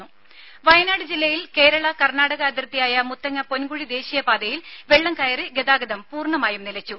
രുഭ വയനാട് ജില്ലയിൽ കേരള കർണ്ണാടക അതിർത്തിയായ മുത്തങ്ങ പൊൻകുഴി ദേശീയപാതയിൽ വെള്ളം കയറി ഗതാഗതം പൂർണ്ണമായും നിലച്ചു